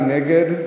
מי נגד?